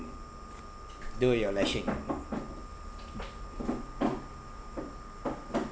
do your lashing